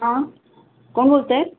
हां कोण बोलत आहे